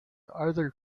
other